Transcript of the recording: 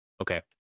Okay